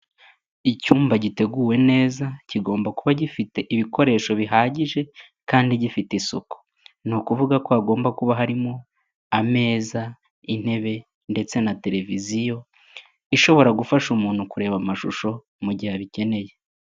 Icyumba giteguwe neza kigomba kuba gifite ibikoresho bihagije kandi gifite isuku. Ni ukuvuga ko hagomba kuba harimo ameza, intebe ndetse na tereviziyo ishobora gufasha umuntu kureba amashusho mu gihe abikeneye.